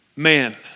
Man